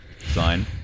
sign